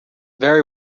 very